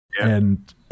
And-